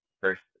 First